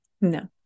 no